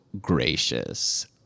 gracious